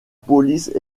police